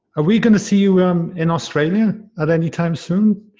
ah we gonna see you um in australia at any time soon.